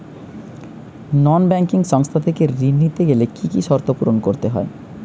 নন banking সংস্থা থেকে ঋণ নিতে গেলে কি কি শর্ত পূরণ করতে হয়?